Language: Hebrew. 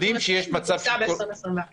קופסה ב-2020 וקופסה ב-2021.